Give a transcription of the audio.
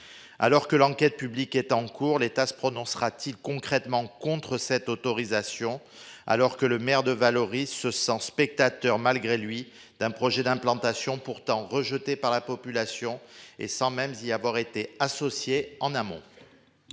Alors que l'enquête publique est en cours, l'État se prononcera-t-il concrètement contre cette autorisation. Alors que le maire de Vallauris ce sans spectateurs malgré lui, d'un projet d'implantation, pourtant rejeté par la population et sans même y avoir été associée en amont.